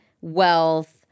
wealth